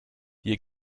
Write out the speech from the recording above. hier